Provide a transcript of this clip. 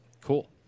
Cool